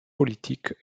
politiques